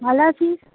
ভালো আছিস